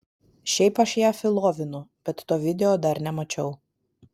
šiaip aš ją filovinu bet to video dar nemačiau